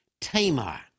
Tamar